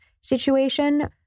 situation